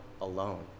alone